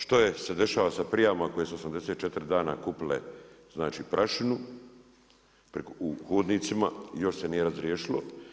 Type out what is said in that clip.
Što se dešava sa prijavama koje su 84 dana kupile znači prašinu u hodnicima, još se nije razriješilo.